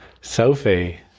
Sophie